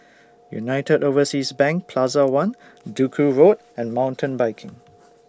United Overseas Bank Plaza one Duku Road and Mountain Biking